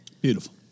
Beautiful